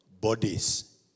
bodies